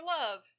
love